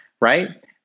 right